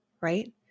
right